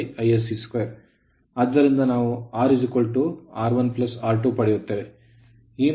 ಆದ್ದರಿಂದ ನಾವು R1R2 ಪಡೆಯುತ್ತೇವೆ